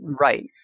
Right